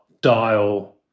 dial